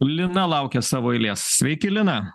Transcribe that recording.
lina laukia savo eilės sveiki lina